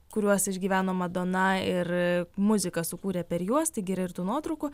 kuriuos išgyveno madona ir muziką sukūrė per juos taigi yra ir tų nuotraukų